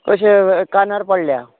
अशें कानार पडल्या